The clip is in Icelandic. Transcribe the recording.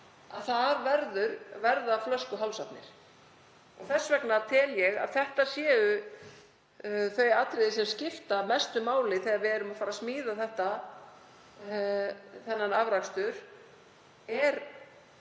Þar verða flöskuhálsarnir og þess vegna tel ég að þetta séu þau atriði sem skipta mestu máli þegar við erum að fara að smíða þennan afrakstur: Er